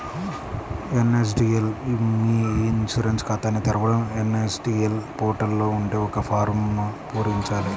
NSDL మీ e insurance ఖాతాని తెరవడం ఎన్.ఎస్.డి.ఎల్ పోర్టల్ లో ఉండే ఒక ఫారమ్ను పూరించాలి